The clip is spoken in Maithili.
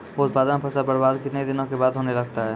उत्पादन फसल बबार्द कितने दिनों के बाद होने लगता हैं?